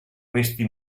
questi